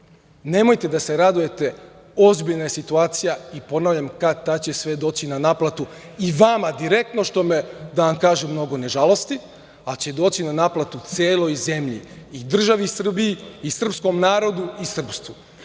Nemojte da se radujete, ozbiljna je situacija i ponavljam – kad tad će sve doći na naplatu i vama direktno što me, da vam kažem, mnogo ne žalosti, ali će doći na naplatu celoj zemlji i državi Srbiji i srpskom narodu i srpstvu.